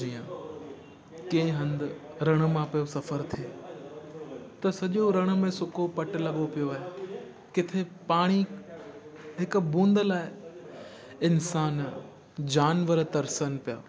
जीअं कंहिं हंधि रण मां पियो सफ़र थिए त सॼो रण में सुको पट लॻो पियो आहे किथे पाणी हिकु बूंद लाइ इंसान जानवर तर्सणु पिया